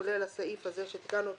כולל הסעיף הזה שתיקנו אותו,